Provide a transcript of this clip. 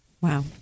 Wow